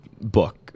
book